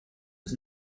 was